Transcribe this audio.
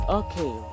okay